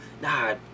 Nah